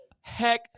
Heck